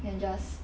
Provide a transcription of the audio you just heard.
then just